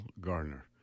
Garner